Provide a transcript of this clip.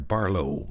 Barlow